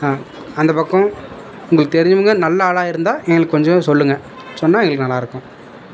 an அந்த பக்கம் உங்களுக்கு தெரிஞ்சவங்க நல்ல ஆளாக இருந்தால் எங்களுக்கு கொஞ்சம் சொல்லுங்கள் சொன்னால் எங்களுக்கு நல்லாயிருக்கும்